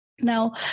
Now